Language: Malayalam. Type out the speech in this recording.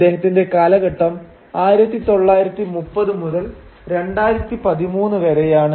അദ്ദേഹത്തിന്റെ കാലഘട്ടം 1930 മുതൽ 2013 വരെയാണ്